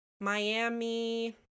Miami